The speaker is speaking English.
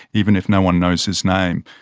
even if no one knows his name.